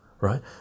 right